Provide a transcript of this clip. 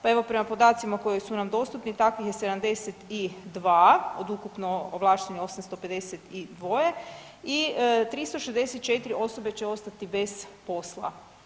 Pa evo, prema podacima koji su nam dostupni, takvih je 72 od ukupno ovlaštenih 852 i 364 osobe će ostati bez posla.